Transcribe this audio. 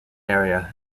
area